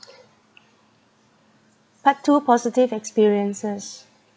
part two positive experiences